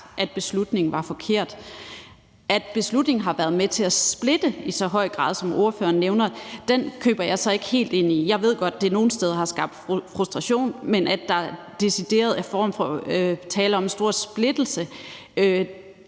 at beslutningen var forkert. At beslutningen har været med til at splitte i så høj grad, som ordføreren nævner, køber jeg så ikke helt ind i. Jeg ved godt, at det nogle steder har skabt frustration, men at der decideret er tale om en stor splittelse,